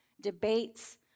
debates